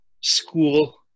school